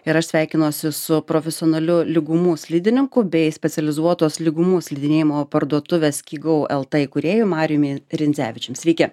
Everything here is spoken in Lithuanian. ir aš sveikinuosi su profesionaliu lygumų slidininku bei specializuotos lygumų slidinėjimo parduotuvės skigou lt įkūrėju marijumi rindzevičiumi sveiki